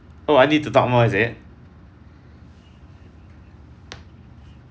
oh I need to talk more is it